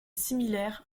similaires